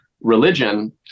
Religion